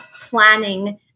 planning